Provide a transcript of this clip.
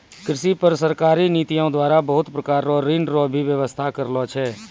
कृषि पर सरकारी नीतियो द्वारा बहुत प्रकार रो ऋण रो भी वेवस्था करलो छै